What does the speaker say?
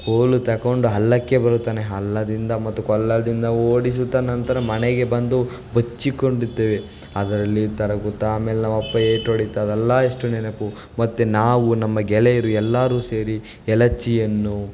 ಕೋಲು ತೆಕೊಂಡು ಹಳ್ಳಕ್ಕೆ ಬರುತ್ತಾನೆ ಹಳ್ಳದಿಂದ ಮತ್ತು ಕೊಳ್ಳದಿಂದ ಓಡಿಸುತ್ತ ನಂತರ ಮನೆಗೆ ಬಂದು ಬಚ್ಚಿಕೊಂಡಿದ್ದೇವೆ ಅದರಲ್ಲಿ ಈ ಆಮೇಲೆ ನಮ ಅಪ್ಪ ಏಟು ಹೊಡಿತದಲ್ಲಾ ಎಷ್ಟು ನೆನಪು ಮತ್ತು ನಾವು ನಮ್ಮ ಗೆಳೆಯರು ಎಲ್ಲರು ಸೇರಿ ಎಲಚ್ಚಿಯನ್ನು